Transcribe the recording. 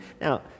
Now